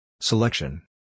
Selection